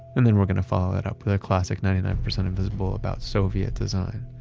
and then we're going to follow that up with a classic ninety nine percent invisible about soviet design.